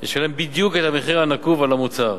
ישלם בדיוק את המחיר הנקוב על המוצר.